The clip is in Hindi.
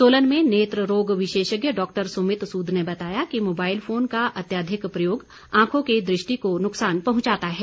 सोलन में नेत्र रोग विशेषज्ञ डॉक्टर सुमित सूद ने बताया कि मोबाइल फोन का अत्यधिक प्रयोग आंखों की दृष्टि को नुक्सान पहुंचाता है